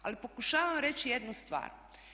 Ali pokušavam reći jednu stvar.